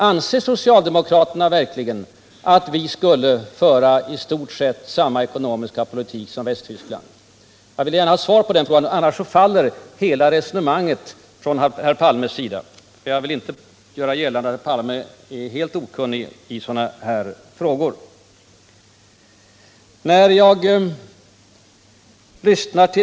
Anser socialdemokraterna verkligen att vi skulle föra i stort sett samma ekonomiska politik som Västtyskland? Jag vill gärna ha svar på den frågan. Om svaret inte blir jakande faller hela resonemanget från herr Palmes sida, och jag vill inte göra gällande att herr Palme är helt okunnig i sådana här frågor.